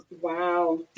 Wow